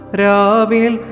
ravil